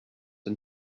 and